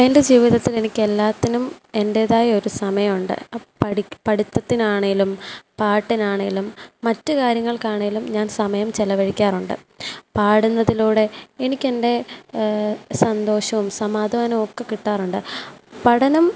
എൻ്റെ ജീവിതത്തിൽ എനിക്ക് എല്ലാത്തിനും എൻ്റെതായ ഒരു സമയമുണ്ട് അപ്പം പഠിത്തത്തിനാണേലും പാട്ടിനാണേലും മറ്റ് കാര്യങ്ങൾക്കാണേലും ഞാൻ സമയം ചിലവഴിക്കാറുണ്ട് പാടുന്നതിലൂടെ എനിക്ക് എൻ്റെ സന്തോഷോം സമാധാനമൊക്കെ കിട്ടാറുണ്ട് പഠനം